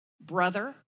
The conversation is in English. brother